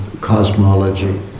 cosmology